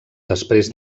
després